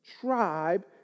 tribe